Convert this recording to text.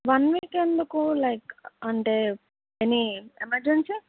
one week ఎందుకు like అంటే any emergency